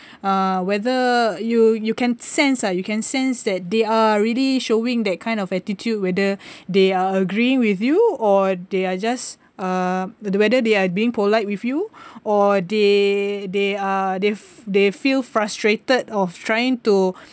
uh whether you you can sense ah you can sense that they are really showing that kind of attitude whether they are agreeing with you or they are just uh whether they are being polite with you or they they are they they feel frustrated of trying to